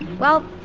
well,